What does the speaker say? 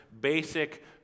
basic